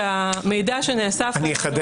שהמידע שנאסף יכול להיות -- אני אחדד,